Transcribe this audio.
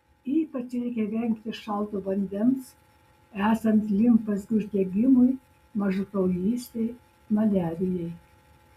ypač reikia vengti šalto vandens esant limfmazgių uždegimui mažakraujystei maliarijai